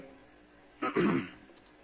பேராசிரியர் பிரதாப் ஹரிதாஸ் சரி